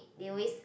they always